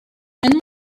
and